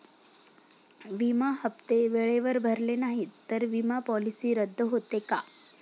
विमा हप्ते वेळेवर भरले नाहीत, तर विमा पॉलिसी रद्द होते का?